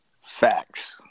Facts